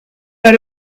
pas